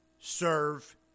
serve